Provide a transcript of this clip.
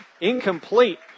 Incomplete